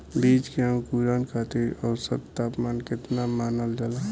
बीज के अंकुरण खातिर औसत तापमान केतना मानल जाला?